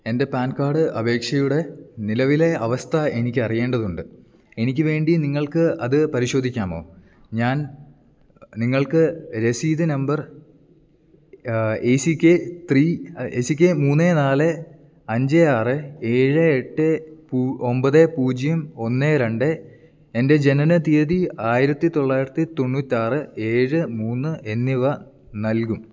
എൻ്റെ PAN card അപേക്ഷയുടെ നിലവിലെ അവസ്ഥ എനിക്ക് അറിയേണ്ടതുണ്ട് എനിക്ക് വേണ്ടി നിങ്ങൾക്ക് അത് പരിശോധിക്കാമോ ഞാൻ നിങ്ങൾക്ക് രസീത് number A C K three A C K മൂന്ന് നാല് അഞ്ച് ആറ് ഏഴ് എട്ട് ഒമ്പത് പൂജ്യം ഒന്ന് രണ്ട് എൻ്റെ ജനന തീയ്യതി ആയിരത്തി തൊള്ളായിരത്തി തൊണ്ണൂറ്റി ആറ് ഏഴ് മൂന്ന് എന്നിവ നൽകും